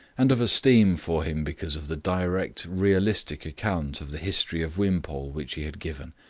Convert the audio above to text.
and of esteem for him because of the direct realistic account of the history of wimpole which he had given.